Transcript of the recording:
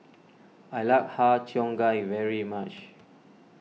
I like Har Cheong Gai very much